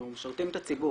אנחנו משרתים את הציבור,